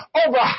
over